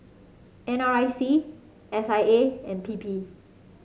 N R I C S I A and P P